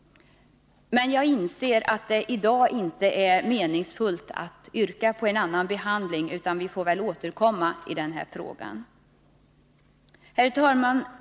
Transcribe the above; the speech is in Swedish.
Men jaginser att det i dag inte är meningsfullt att yrka på en annan behandling. Vi får väl återkomma i denna fråga. Herr talman!